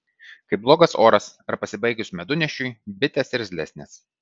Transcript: kai blogas oras ar pasibaigus medunešiui bitės irzlesnės